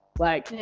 like,